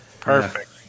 Perfect